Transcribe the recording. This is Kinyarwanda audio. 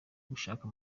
gushaka